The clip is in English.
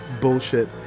bullshit